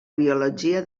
biologia